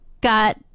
got